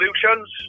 solutions